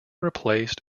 replaced